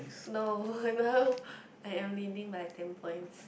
no now I am leading by ten points